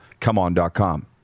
ComeOn.com